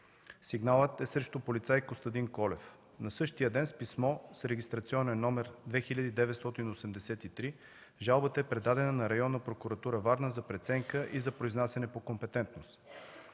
Сигналът е срещу полицай Костадин Колев. На същия ден с писмо с регистрационен № 2983 жалбата е предадена на Районната прокуратура – Варна, за преценка и за произнасяне по компетентност.